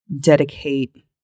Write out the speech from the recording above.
dedicate